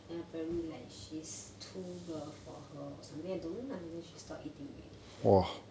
then apparently like she's too for her or something I don't know lah then she stop eating already